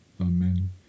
amen